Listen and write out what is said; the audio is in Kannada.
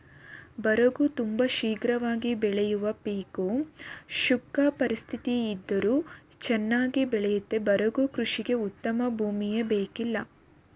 ಬರಗು ತುಂಬ ಶೀಘ್ರವಾಗಿ ಬೆಳೆಯುವ ಪೀಕು ಶುಷ್ಕ ಪರಿಸ್ಥಿತಿಯಿದ್ದರೂ ಚನ್ನಾಗಿ ಬೆಳಿತದೆ ಬರಗು ಕೃಷಿಗೆ ಉತ್ತಮ ಭೂಮಿಯೇ ಬೇಕಿಲ್ಲ